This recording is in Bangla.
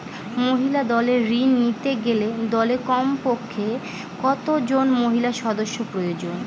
মহিলা দলের ঋণ নিতে গেলে দলে কমপক্ষে কত জন মহিলা সদস্য প্রয়োজন?